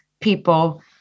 people